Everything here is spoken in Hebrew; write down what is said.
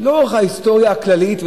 לאורך ההיסטוריה הכללית,